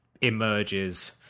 emerges